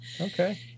okay